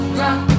rock